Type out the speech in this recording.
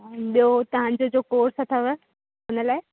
ऐं ॿियो तव्हांजो जो कोर्स अथव हुन लाइ